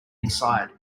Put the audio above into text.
inside